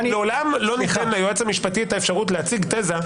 לעולם לא ניתן ליועץ המשפטי את האפשרות להציג תזה.